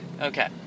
Okay